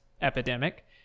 epidemic